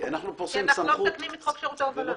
כי אנחנו לא מתקנים את חוק שירותי הובלה.